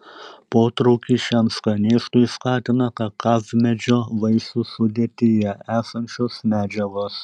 potraukį šiam skanėstui skatina kakavmedžio vaisių sudėtyje esančios medžiagos